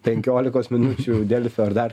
penkiolikos minučių delfio ar dar